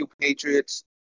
Patriots